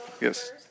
yes